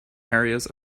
areas